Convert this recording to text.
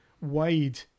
wide